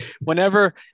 whenever